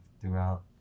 throughout